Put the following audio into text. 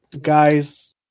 guys